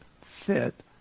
fit